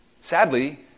Sadly